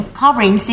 covering